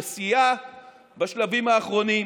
שסייע בשלבים האחרונים,